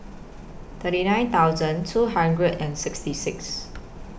thirty nine thousand two hundred and sixty six